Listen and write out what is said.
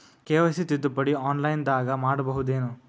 KYC ತಿದ್ದುಪಡಿ ಆನ್ಲೈನದಾಗ್ ಮಾಡ್ಬಹುದೇನು?